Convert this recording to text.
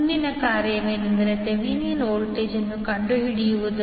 ಮುಂದಿನ ಕಾರ್ಯವೆಂದರೆ Thevenin voltage ಅನ್ನು ಕಂಡುಹಿಡಿಯುವುದು